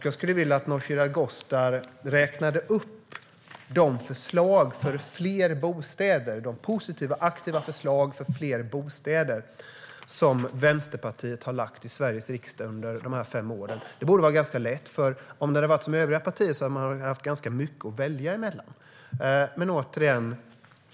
Jag skulle vilja att Nooshi Dadgostar räknar upp de positiva, aktiva förslag för fler bostäder som Vänsterpartiet har lagt fram i Sveriges riksdag de gångna fem åren. Det borde vara ganska lätt, för om man hade varit som övriga partier hade man haft ganska mycket att välja mellan.